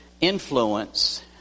influence